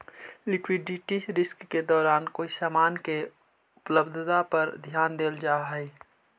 liquidity risk के दौरान कोई समान के उपलब्धता पर ध्यान देल जा हई